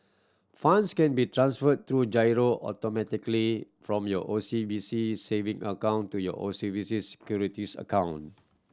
funds can be transferred through giro automatically from your O C B C saving account to your O C B C Securities account